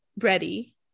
ready